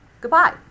Goodbye